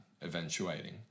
eventuating